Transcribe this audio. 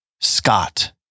Scott